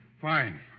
Fine